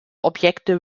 objekte